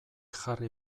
jarri